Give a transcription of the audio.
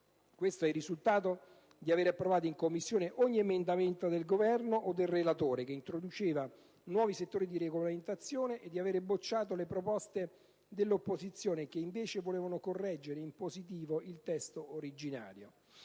Questo è il risultato del fatto di aver approvato in Commissione ogni emendamento del Governo o del relatore che introduceva nuovi settori di regolamentazione, e di aver bocciato le proposte dell'opposizione, che invece volevano correggere in positivo il testo originario.